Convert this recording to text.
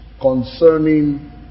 concerning